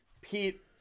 Pete